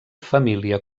família